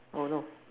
oh no